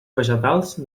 vegetals